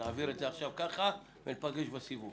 נעביר את זה עכשיו ככה, וניפגש בסיבוב,